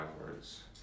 words